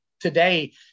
today